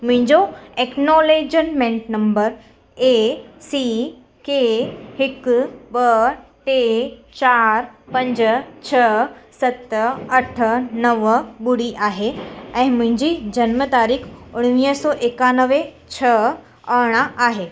मुंहिंजो acknowledgement number A C K हिकु ॿ टे चारि पंज छह सत अठ नव ॿुड़ी आहे ऐं मुंहिंजी जनम तारीख़ उणिवीह सौ एकानवे छह अरिड़हं आहे